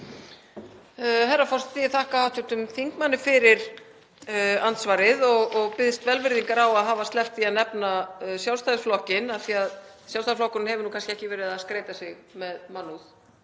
Herra forseti. Ég þakka hv. þingmanni fyrir andsvarið og biðst velvirðingar á að hafa sleppt því að nefna Sjálfstæðisflokkinn af því að Sjálfstæðisflokkurinn hefur kannski ekki verið eða skreyta sig með mannúð